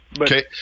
okay